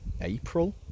April